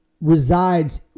resides